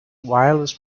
wireless